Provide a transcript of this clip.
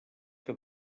que